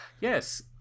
yes